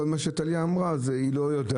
אבל כל מה שטליה אמרה זה היא לא יודעת,